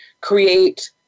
create